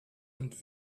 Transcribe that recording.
und